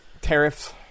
Tariffs